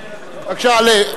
בבקשה, עלה.